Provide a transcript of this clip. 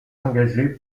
engagés